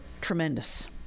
tremendous